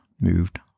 moved